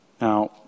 Now